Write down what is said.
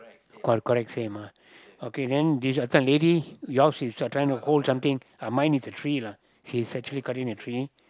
all correct same ah okay then this lady yours is trying to hold something mine is the tree lah she's actually cutting the tree